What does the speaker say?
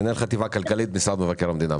מנהל חטיבה כלכלית, משרד מבקר המדינה.